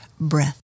Breath